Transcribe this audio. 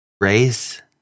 Race